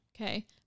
Okay